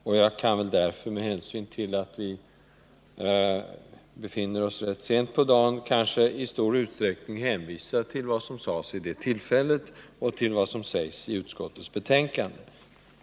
Därför, och med hänsyn till att det är så sent på dagen, vill jag i stort sett hänvisa till vad som sades vid det tillfället och vad som nu framhålls i utskottets betänkande.